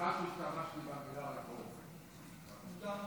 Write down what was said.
סליחה שהשתמשתי במילה "רפורמה".